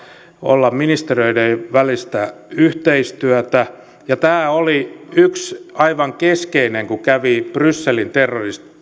olla ministeriöiden välistä yhteistyötä tämä oli yksi aivan keskeinen asia kun kävi brysselin terrori